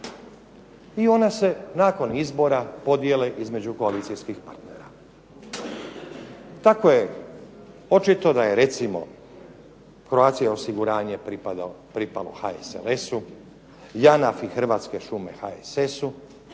I ona se nakon izbora podijele između koalicijskih partnera. Tako je očito da je recimo Croatia osiguranje" pripalo HSLS-u, JANAF i Hrvatske šume HSS-u,